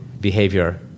behavior